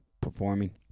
performing